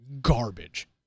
garbage